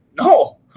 No